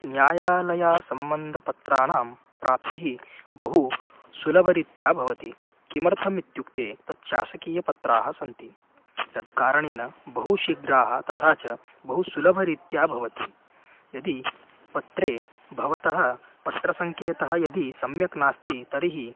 न्यायालयसम्बन्धपत्राणां प्राप्तिः बहु सुलभरीत्या भवति किमर्थमित्युक्ते तानि शासकीयपत्राणि सन्ति तत्कारणेन बहुशीघ्रं तथा च बहु सुलभरीत्या भवति यदि पत्रे भवतः पत्रसङ्केतः यदि सम्यक् नास्ति तर्हि